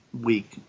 week